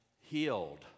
healed